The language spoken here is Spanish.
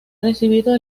recibido